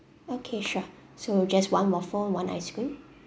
okay sure so just one waffle one ice cream